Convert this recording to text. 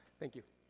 thank you.